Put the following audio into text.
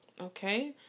okay